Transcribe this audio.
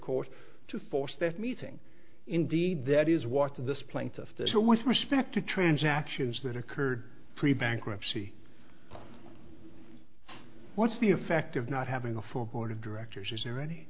court to force that meeting indeed that is what this plaintiff that always respected transactions that occurred pre bankruptcy what's the effect of not having a four board of directors is there any